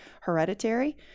hereditary